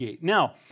Now